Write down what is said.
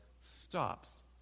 stops